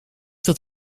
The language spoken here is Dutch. dat